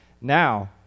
now